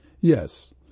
Yes